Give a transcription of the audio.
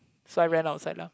so I went outside lah